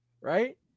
Right